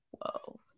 Whoa